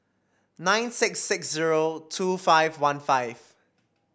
nine six six zero two five one five